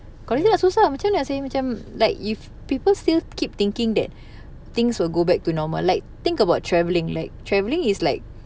kalau tidak susah macam mana seh macam like if people still keep thinking that things will go back to normal like think about travelling like travelling is like